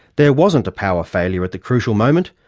there wasn't a power failure at the crucial moment,